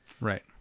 Right